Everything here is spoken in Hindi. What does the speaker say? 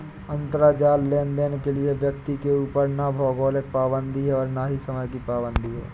अंतराजाल लेनदेन के लिए व्यक्ति के ऊपर ना भौगोलिक पाबंदी है और ना ही समय की पाबंदी है